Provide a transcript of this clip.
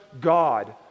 God